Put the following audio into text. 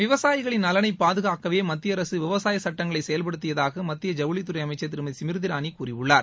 விவசாயிகளின் நலனைப் பாதுகாக்கவே மத்திய அரசு விவசாய சட்டங்களை செயல்படுத்தியதாக மத்திய ஜவுளித் துறை அமைச்சர் திருமதி ஸ்மிருதி இரானி கூறியுள்ளார்